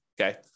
Okay